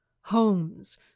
Homes